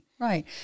right